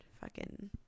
Fucking-